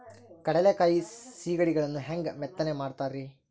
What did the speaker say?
ಕಡಲೆಕಾಯಿ ಸಿಗಡಿಗಳನ್ನು ಹ್ಯಾಂಗ ಮೆತ್ತನೆ ಮಾಡ್ತಾರ ರೇ?